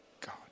God